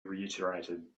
reiterated